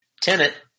Tenet